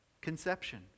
Conception